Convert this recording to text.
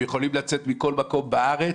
הם יכולים לצאת מכל מקום בארץ,